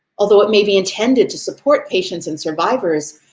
although it may be intended to support patients and survivors,